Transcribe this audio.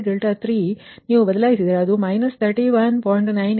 97 ಆಗಿರುತ್ತದೆ dp2d3 ನೀವು ಬದಲಾಯಿಸಿದರೆ ಅದು −31